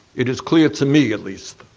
it is clear to me, at least,